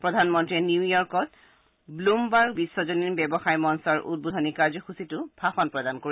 প্ৰধানমন্ত্ৰীয়ে নিউইয়ৰ্কত ব্ৰমবাৰ্গ বিশ্বজনীন ব্যৱসায় মঞ্চৰ উদ্বোধনী কাৰ্যসূচীতো ভাষণ দিব